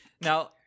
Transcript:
Now